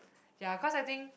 ya cause I think